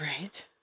Right